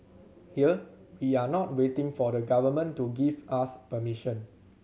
here we are not waiting for the Government to give us permission